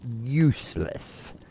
useless